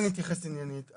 אני אתייחס עניינית.